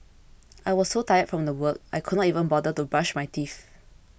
I was so tired from work I could not even bother to brush my teeth